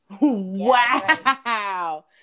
Wow